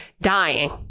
dying